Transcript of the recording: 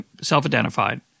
self-identified